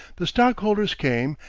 the stockholders came,